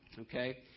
okay